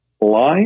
line